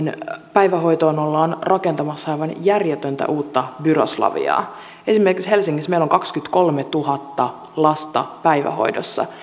päivähoitoon ollaan rakentamassa aivan järjetöntä uutta byroslaviaa esimerkiksi helsingissä meillä on kaksikymmentäkolmetuhatta lasta päivähoidossa